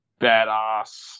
badass